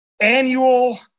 annual